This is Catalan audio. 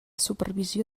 supervisió